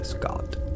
god